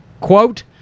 quote